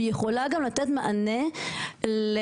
והיא יכולה גם לתת מענה לרשויות